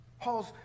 Paul's